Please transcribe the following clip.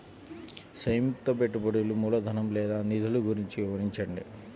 సంయుక్త పెట్టుబడులు మూలధనం లేదా నిధులు గురించి వివరించండి?